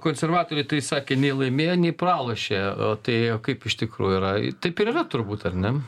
konservatoriai tai sakė nei laimėjo nei pralošė o tai o kaip iš tikrųjų yra taip ir yra turbūt ar ne